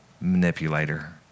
manipulator